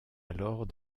alors